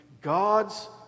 God's